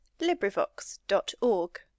LibriVox.org